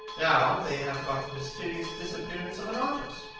now they have got the mysterious disappearance of an artist.